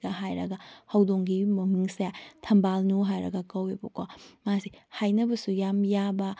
ꯒ ꯍꯥꯏꯔꯒ ꯍꯧꯗꯣꯡꯒꯤ ꯃꯃꯤꯡꯁꯦ ꯊꯝꯕꯥꯜꯅꯨ ꯍꯥꯏꯔꯒ ꯀꯧꯋꯦꯕꯀꯣ ꯃꯥꯁꯦ ꯍꯥꯏꯅꯕꯁꯨ ꯌꯥꯝ ꯌꯥꯕ